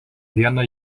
vieną